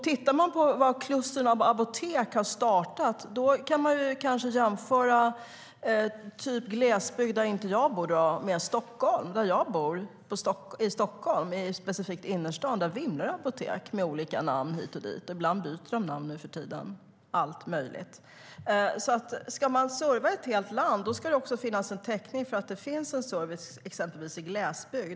Tittar man på var klustren av apotek har startat kan man jämföra glesbygd, där inte jag bor, med Stockholm, där jag bor. I Stockholm och specifikt i innerstan vimlar det av apotek med olika namn hit och dit. Ibland byter de namn, och nu för tiden heter de allt möjligt. Ska man serva ett helt land ska det också finnas en täckning för att det finns service exempelvis i glesbygd.